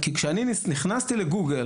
כי כשאני נכנסתי לגוגל,